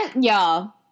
y'all